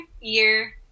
year